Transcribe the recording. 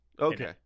Okay